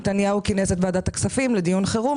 נתניהו כינס את ועדת הכספים לדיון חירום